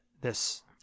This-